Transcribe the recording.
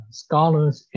scholars